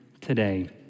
today